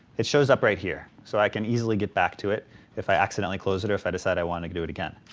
it shows up right here, so i can easily get back to it if i accidentally close it or if i decide i want to do it again.